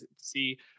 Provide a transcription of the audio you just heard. see